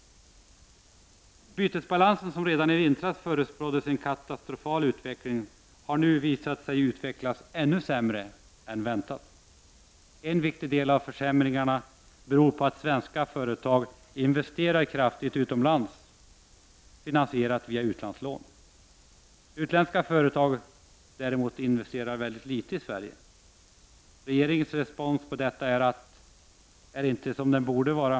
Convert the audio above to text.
Bytesbalansen som redan i vintras förespåddes en katastrofal utveckling har nu visat sig utvecklas ännu sämre än väntat. En viktig del av försämringarna beror på att svenska företag investerar kraftigt utomlands, finansierat via utlandslån. Utländska företag däremot investerar mycket litet i Sverige. Regeringens respons på detta är inte vad den borde vara.